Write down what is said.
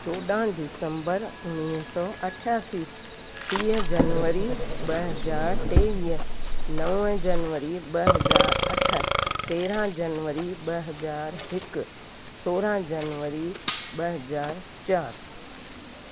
चोॾहं दिसंम्बर उणिवीह सौ अठासीं टीह जनवरी ॿ हज़ार टेवीह नव जनवरी ॿ हज़ार अठ तेरहं जनवरी ॿ हज़ार हिकु सोरहं जनवरी ॿ हज़ार चारि